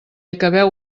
acabeu